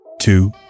two